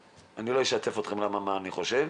ולא אשתף אתכם במה שאני חושב,